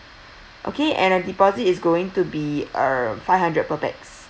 okay and the deposit is going to be uh five hundred per pax